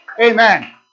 Amen